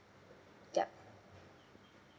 yup